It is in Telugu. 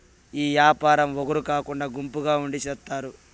ఈ యాపారం ఒగరు కాకుండా గుంపుగా ఉండి చేత్తారు